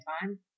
time